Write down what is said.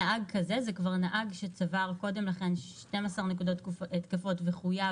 נהג כזה צבר קודם לכן 12 נקודות תקפות וחויב